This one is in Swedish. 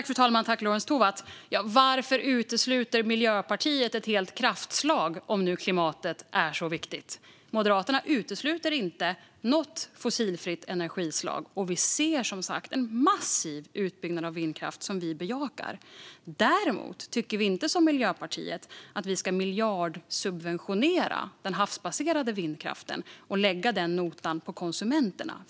Fru talman! Varför utesluter Miljöpartiet ett helt kraftslag om nu klimatet är så viktigt? Moderaterna utesluter inte något fossilfritt energislag. Vi ser som sagt en massiv utbyggnad av vindkraft, som vi bejakar. Däremot tycker vi inte, som Miljöpartiet, att vi ska miljardsubventionera den havsbaserade vindkraften och lägga den notan på konsumenterna.